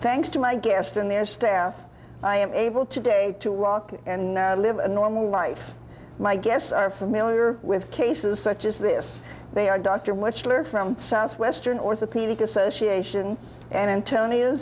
thanks to my guests and their staff i am able to day to rock and now i live a normal life my guests are familiar with cases such as this they are doctor much to learn from southwestern orthopedic association antoni